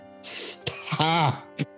Stop